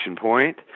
point